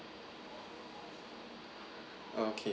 okay